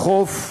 החוף,